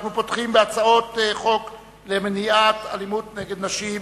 אנחנו פותחים בהצעות חוק למניעת אלימות נגד נשים.